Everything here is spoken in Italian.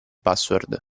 password